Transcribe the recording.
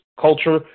culture